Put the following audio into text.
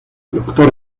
doctor